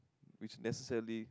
which necessarily